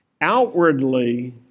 Outwardly